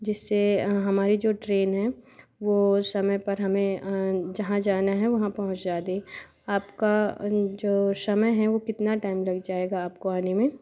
जिससे हमारी जो ट्रेन है वह समय पर हमें जहाँ जाना है वहाँ पहुँचा दे आपका जो समय है वो कितना टाइम लग जाएगा आपको आने में